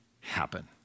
happen